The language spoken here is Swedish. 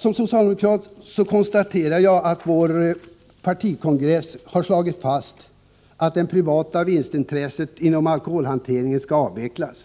Som socialdemokrat konstaterar jag att vår partikongress har slagit fast att det privata vinstintresset inom alkoholhanteringen skall avvecklas.